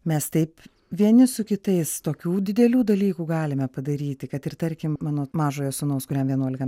mes taip vieni su kitais tokių didelių dalykų galime padaryti kad ir tarkim mano mažojo sūnaus kuriam vienuolika